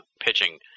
pitching